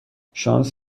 شانس